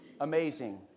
Amazing